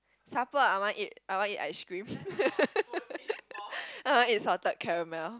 supper I want eat I want eat ice cream I want eat salted caramel